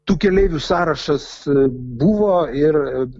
tų keleivių sąrašas buvo ir